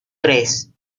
tres